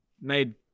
made